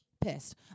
Pissed